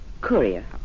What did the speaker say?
courier